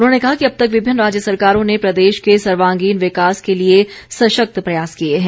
उन्होंने कहा कि अब तक विभिन्न राज्य सरकारों ने प्रदेश के सर्वांगीण विकास के लिए सशक्त प्रयास किए हैं